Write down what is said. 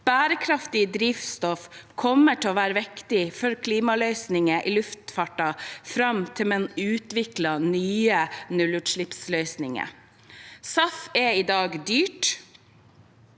Bærekraftig drivstoff, SAF, kommer til å være viktig for klimaløsninger i luftfarten fram til man utvikler nye nullutslippsløsninger. SAF er i dag dyrt,